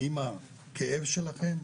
עם הכאב שלכם,